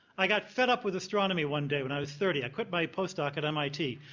i got fed-up with astronomy one day when i was thirty. i quit my post-doc at mit.